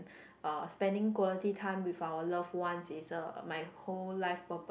uh spending quality time with our love ones is a my whole life purpose